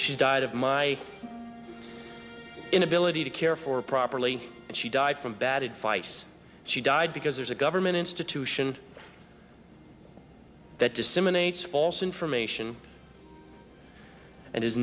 she died of my inability to care for properly and she died from bad advice she died because there's a government institution that disseminates false information